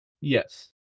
yes